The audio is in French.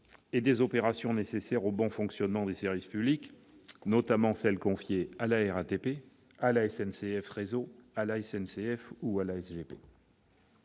et des opérations nécessaires au bon fonctionnement des services publics, notamment celles qui sont assurées par la RATP, SNCF réseau, la SNCF ou la